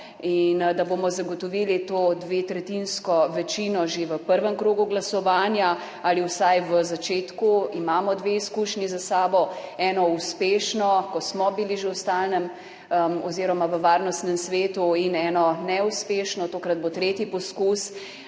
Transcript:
in da bomo zagotovili to dvotretjinsko večino že v prvem krogu glasovanja ali vsaj na začetku. Za sabo imamo dve izkušnji, eno uspešno, ko smo že bili v Varnostnem svetu, in eno neuspešno, tokrat bo tretji poskus.